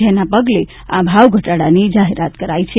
જેના પગલે આ ભાવ ઘટાડાની જાહેરાત કરાઈ છે